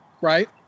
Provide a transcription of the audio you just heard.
right